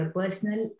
personal